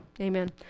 Amen